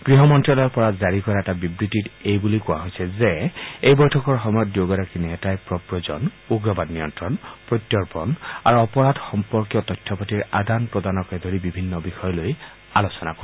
গৃহ মন্ত্ৰালয়ৰ পৰা জাৰি কৰা এটা বিবৃতিত এই বুলি কোৱা হৈছে যে এই বৈঠকৰ সময়ত দুয়োগৰাকী নেতাই প্ৰৱজন উগ্নবাদ নিয়ন্ত্ৰণ প্ৰত্যৰ্পণ আৰু অপৰাধ সম্পৰ্কীয় তথ্যপাতিৰ আদান প্ৰদানকে ধৰি বিভিন্ন বিষয়লৈ আলোচনা কৰে